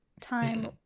time